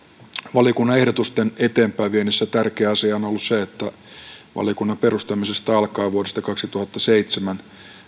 valiokunnan ehdotusten eteenpäinviennissä tärkeä asia on ollut se että valiokunnan perustamisesta alkaen vuodesta kaksituhattaseitsemän